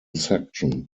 section